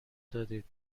دادید